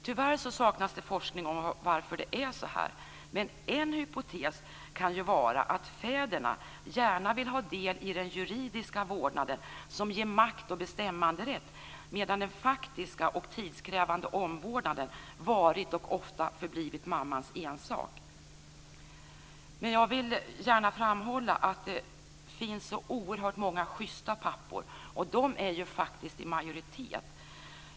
Tyvärr saknas det forskning om varför det är så här. Men en hypotes kan ju vara att fäderna gärna vill ha del i den juridiska vårdnaden, som ger makt och bestämmanderätt, medan den faktiska och tidskrävande omvårdnaden varit och ofta förblivit mammans ensak. Men jag vill gärna framhålla att det finns så oerhört många justa pappor. De är ju faktiskt i majoritet.